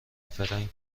فرانک